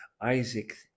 Isaac